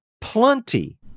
plenty